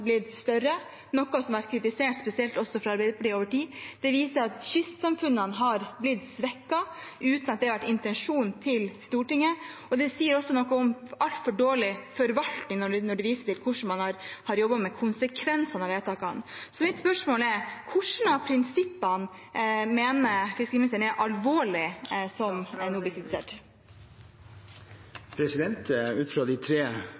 blitt større, noe som har vært kritisert over tid, spesielt fra Arbeiderpartiet. Den viser at kystsamfunnene har blitt svekket, uten at det har vært Stortingets intensjon. Den sier også noe om en altfor dårlig forvaltning, når den viser til hvordan man har jobbet med konsekvensene av vedtakene. Mitt spørsmål er: Hvilke av tingene som har blitt kritisert, mener fiskeriministeren er alvorlige? Ut fra de tre